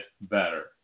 better